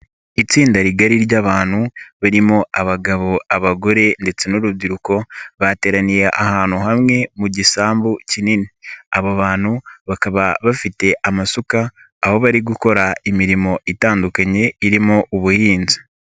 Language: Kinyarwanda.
Itsinda rigari ry'abantu, barimo abagabo, abagore ndetse n'urubyiruko, bateraniye ahantu hamwe mu gisambu kinini, aba bantu bakaba bafite amasuka, aho bari gukora imirimo itandukanye, irimo ubuhinzi.